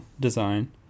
design